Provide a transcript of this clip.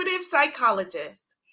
psychologist